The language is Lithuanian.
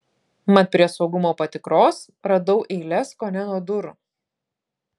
mat prie saugumo patikros radau eiles kone nuo durų